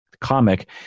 comic